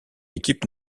équipe